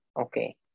okay